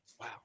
Wow